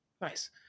Nice